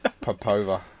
Popova